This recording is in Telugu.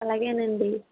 అలాగేనండి